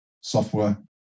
software